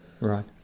Right